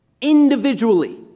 Individually